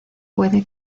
puede